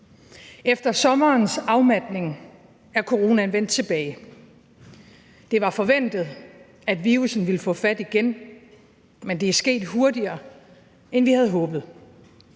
Efter sommerens afmatning er coronaen vendt tilbage. Det var forventet, at virussen ville få fat igen, men det er sket hurtigere, end vi havde håbet.